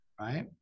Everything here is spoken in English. right